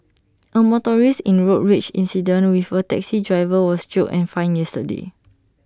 A motorist in A road rage incident with A taxi driver was jailed and fined yesterday